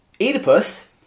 Oedipus